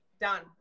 done